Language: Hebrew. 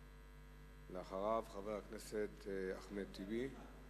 אחריו, חבר הכנסת אחמד טיבי.